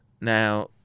Now